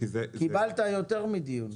קיבלת יותר מדיון.